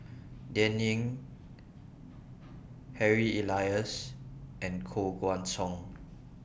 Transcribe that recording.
Dan Ying Harry Elias and Koh Guan Song